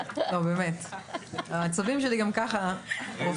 לא, באמת, העצבים שלי גם ככה רופפים.